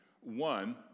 one